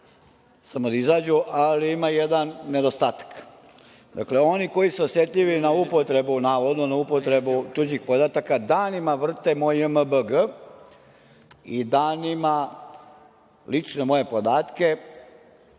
samo da izađu. Ali, ima jedan nedostatak. Dakle, oni koji su osetljivi na upotrebu, navodno na upotrebu tuđih podataka, danima vrte moj JMBG i danima lično moje podatke